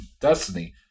destiny